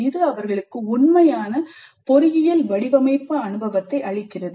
இது அவர்களுக்கு உண்மையான பொறியியல் வடிவமைப்பு அனுபவத்தை அளிக்கிறது